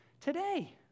today